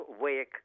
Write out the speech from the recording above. wake